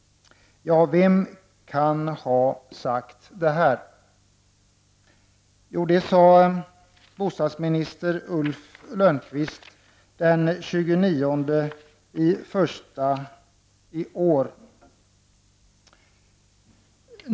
Vem kan ha sagt detta? Jo, det sade bostadsminister Ulf Lönnqvist den 29 januari i år.